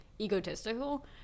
egotistical